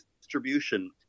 distribution